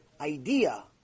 idea